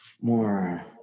more